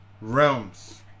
realms